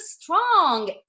strong